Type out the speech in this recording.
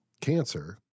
cancer